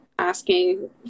Asking